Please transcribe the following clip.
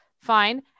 fine